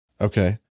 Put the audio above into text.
Okay